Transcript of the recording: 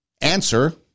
answer